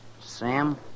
Sam